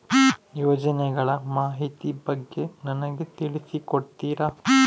ಯೋಜನೆಗಳ ಮಾಹಿತಿ ಬಗ್ಗೆ ನನಗೆ ತಿಳಿಸಿ ಕೊಡ್ತೇರಾ?